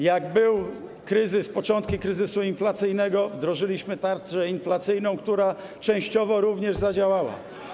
Jak był kryzys, jak były początki kryzysu inflacyjnego, wdrożyliśmy tarczę inflacyjną, która częściowo również zadziałała.